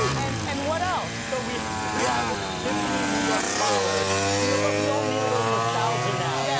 and and what else? so we we have tiffany new york pollard. you know what? we all need a little nostalgia now, yeah